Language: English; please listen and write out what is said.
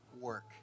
work